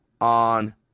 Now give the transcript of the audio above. on